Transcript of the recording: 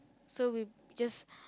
so we've just